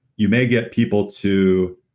you may get people to